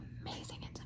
amazing